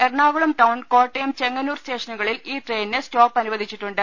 Ernakulam town Kottayam Chengannur സ്റ്റേഷനുകളിൽ ഈ ട്രെയിനിന് സ്റ്റോപ്പ് അനുവദിച്ചിട്ടുണ്ട്